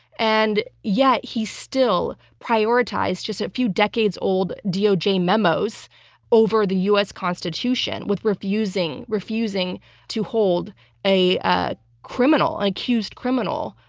and yet he still prioritized just a few decades-old doj memos over the u. s. constitution with refusing refusing to hold a ah criminal, an accused criminal,